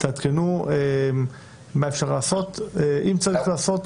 תעדכנו מה אפשר לעשות, אם צריך לעשות.